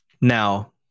Now